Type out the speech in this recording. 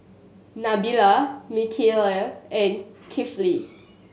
Nabil Mikhail and Kefli